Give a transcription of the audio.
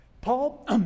Paul